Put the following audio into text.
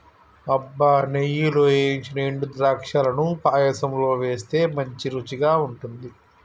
అబ్బ నెయ్యిలో ఏయించిన ఎండు ద్రాక్షలను పాయసంలో వేస్తే మంచి రుచిగా ఉంటుంది